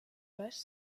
vache